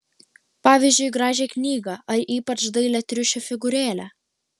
pavyzdžiui gražią knygą ar ypač dailią triušio figūrėlę